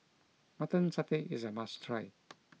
Mutton Satay is a must try